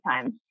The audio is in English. time